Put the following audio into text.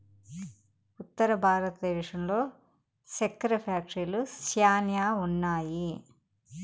ఉత్తర భారతంలో సెక్కెర ఫ్యాక్టరీలు శ్యానా ఉన్నాయి